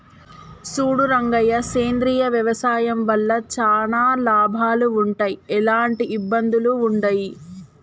సూడు రంగయ్య సేంద్రియ వ్యవసాయం వల్ల చానా లాభాలు వుంటయ్, ఎలాంటి ఇబ్బందులూ వుండయి